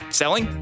selling